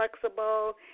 flexible